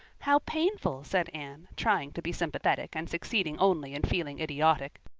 how painful! said anne, trying to be sympathetic and succeeding only in feeling idiotic.